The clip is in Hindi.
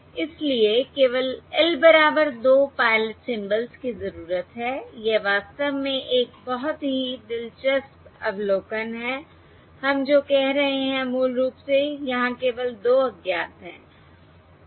इसलिए केवल L बराबर 2 पायलट सिंबल्स की जरूरत है यह वास्तव में एक बहुत ही दिलचस्प अवलोकन है हम जो कह रहे हैं मूल रूप से यहां केवल 2 अज्ञात हैं